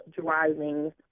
driving